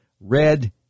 red